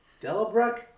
Delbruck